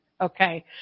Okay